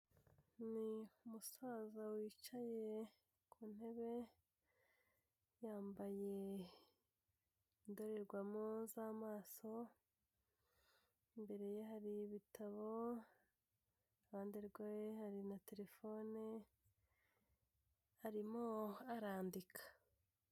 Ni umusaza wicaye ku ntebe, yambaye indorerwamo z'amaso, imbere ye hari ibitabo, iruhande rwe hari na telefone, arimo arandika.